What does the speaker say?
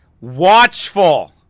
Watchful